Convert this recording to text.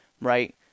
right